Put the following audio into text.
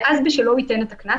ובשלו הוא ייתן את הקנס?